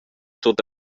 tut